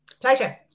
pleasure